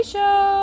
Show